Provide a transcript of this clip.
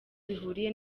bihuriye